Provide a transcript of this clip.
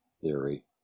theory